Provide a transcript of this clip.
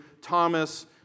Thomas